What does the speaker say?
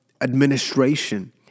administration